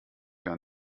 gar